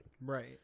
right